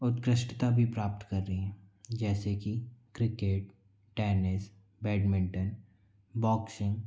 उत्कृष्टता भी प्राप्त कर रही है जैसे कि क्रिकेट टेनिस बैडमिंटन बॉक्सिंग